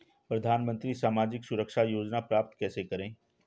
प्रधानमंत्री सामाजिक सुरक्षा योजना प्राप्त कैसे करें?